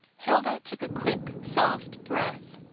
hilda took a quick, soft breath.